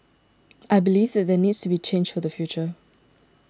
I believe that there needs to be change for the future